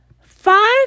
Five